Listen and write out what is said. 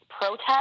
protest